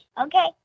Okay